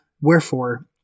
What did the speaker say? Wherefore